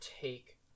take